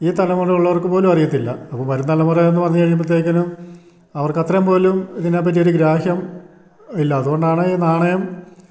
ഈ തലമുറ ഉള്ളവർക്ക് പോലും അറിയത്തില്ല അപ്പം വരും തലമുറ എന്ന് പറഞ്ഞ് കഴിയുമ്പോഴത്തേക്കിനും അവർക്ക് അത്രേം പോലും ഇതിനെ പറ്റിയൊരു ഗ്രാഹ്യം ഇല്ല അതുകൊണ്ടാണ് ഈ നാണയം